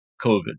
COVID